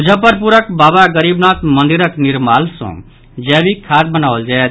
मुजफ्फरपुरक बाबा गरीबनाथ मंदिरक निर्माल सॅ जैविक खाद बनाओल जायत